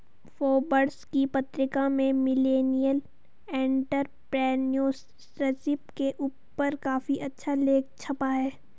Forbes की पत्रिका में मिलेनियल एंटेरप्रेन्योरशिप के ऊपर काफी अच्छा लेख छपा है